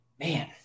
man